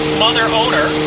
mother-owner